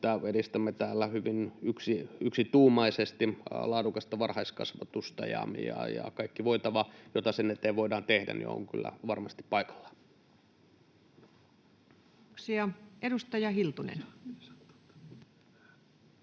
edistämme täällä hyvin yksituumaisesti laadukasta varhaiskasvatusta. Ja kaikki voitava, mitä sen eteen voidaan tehdä, on kyllä varmasti paikallaan. Kiitoksia. — Edustaja Hiltunen.